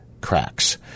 cracks